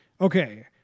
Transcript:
okay